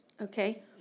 Okay